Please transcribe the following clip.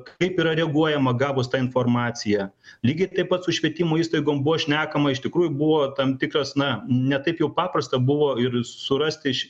kaip yra reaguojama gavus tą informaciją lygiai taip pat su švietimo įstaigom buvo šnekama iš tikrųjų buvo tam tikras na ne taip jau paprasta buvo ir surasti iš